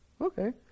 okay